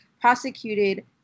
prosecuted